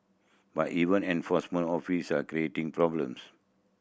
but even enforcement officer are creating problems